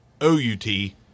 O-U-T